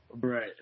Right